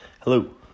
Hello